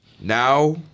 Now